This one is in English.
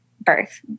birth